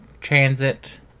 transit